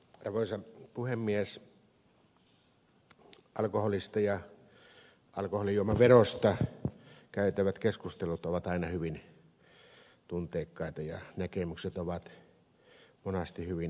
alkoholista ja alkoholijuomaverosta käytävät keskustelut ovat aina hyvin tunteikkaita ja näkemykset niissä ovat monasti hyvin ehdottomia